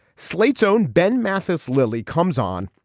slate's own ben mathis. lili comes on.